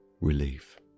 relief